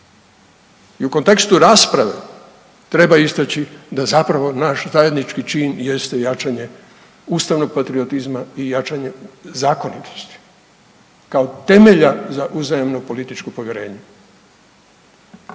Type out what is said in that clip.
I u kontekstu rasprave treba istaći da zapravo naš zajednički čin jeste jačanje ustavnog patriotizma i jačanje zakonitosti kao temelja za uzajamno političko povjerenje.